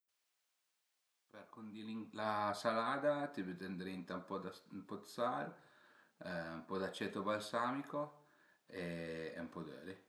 Për cundì la salada büte ëndrinta ën po d'sal, ën po d'aceto balsamamico e ën po' d'öli